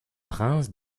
prince